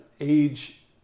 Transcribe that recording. age